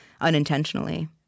unintentionally